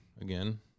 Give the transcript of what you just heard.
again